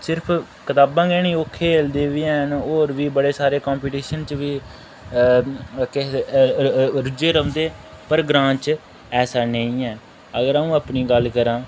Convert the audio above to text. सिर्फ कताबां गै नेईं ओह् खेलदे बी ऐ न होर बी बड़े सारे कंपिटिशन च बी केह रुज्झे रौंह्दे् पर ग्रांऽ च ऐसा नेईं ऐ अगर आ'ऊं अपनी गल्ल करां